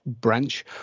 branch